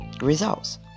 results